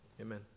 amen